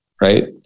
Right